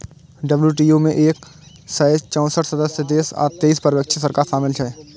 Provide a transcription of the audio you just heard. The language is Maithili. डब्ल्यू.टी.ओ मे एक सय चौंसठ सदस्य देश आ तेइस पर्यवेक्षक सरकार शामिल छै